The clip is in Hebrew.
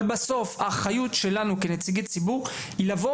אבל בסוף האחריות שלנו כנציגי ציבור היא לבוא